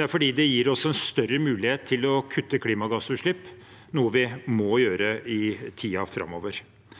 Det gir oss en større mulighet til å kutte klimagassutslipp, noe vi må gjøre i tiden framover.